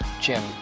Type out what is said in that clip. Jim